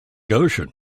ocean